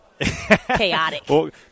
Chaotic